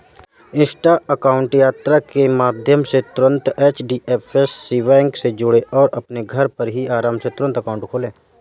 Insta account यात्रा के माध्यम से तुरंत एच.डी.एफ.सी बैंक से जुड़ें और अपने घर पर ही आराम से तुरंत अकाउंट खोले